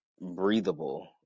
breathable